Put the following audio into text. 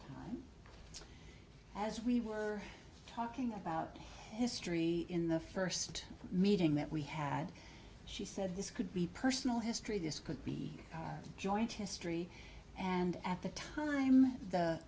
and as we were talking about history in the first meeting that we had she said this could be personal history this could be joint history and at the time the